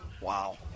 Wow